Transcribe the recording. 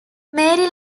mary